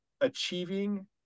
achieving